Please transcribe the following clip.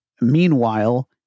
meanwhile